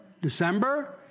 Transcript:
December